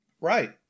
Right